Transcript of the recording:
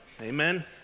Amen